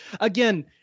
again